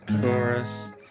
chorus